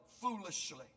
foolishly